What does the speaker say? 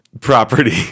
property